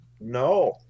No